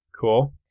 Cool